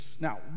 now